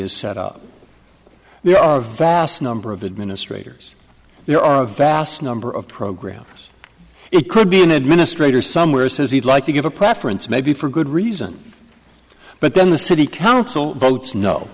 is set up there are a vast number of the administrators there are a vast number of programs it could be an administrator somewhere says he'd like to give a preference maybe for good reason but then the city council votes no